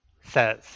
says